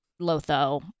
lotho